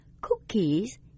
cookies